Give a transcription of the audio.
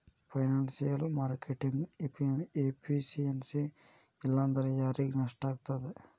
Financial marketing efficiency ಇಲ್ಲಾಂದ್ರ ಯಾರಿಗ್ ನಷ್ಟಾಗ್ತದ?